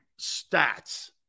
stats